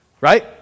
right